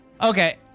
Okay